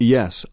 Yes